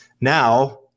Now